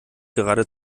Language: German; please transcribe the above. gerade